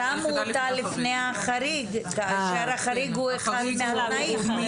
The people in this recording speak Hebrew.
שמו אותה לפני החריג, כאשר החריג הוא אחד מהתנאים.